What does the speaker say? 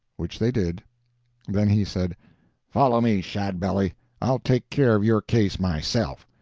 which they did then he said follow me, shadbelly i'll take care of your case myself.